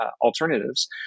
alternatives